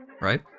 right